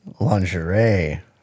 lingerie